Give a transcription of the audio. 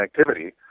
activity